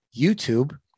YouTube